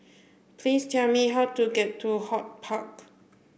please tell me how to get to HortPark